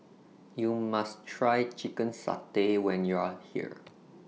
YOU must Try Chicken Satay when YOU Are here